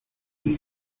die